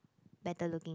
better looking